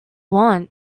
want